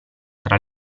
tra